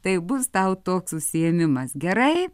tai bus tau toks užsiėmimas gerai